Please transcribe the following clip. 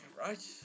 right